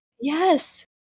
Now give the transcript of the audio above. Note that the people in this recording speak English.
Yes